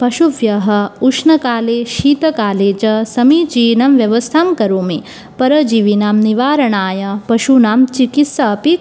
पशुभ्यः उष्णकाले शीतकाले च समीचीनं व्यवस्थां करोमि परजीविनां निवारणाय पशूनां चिकित्साम् अपि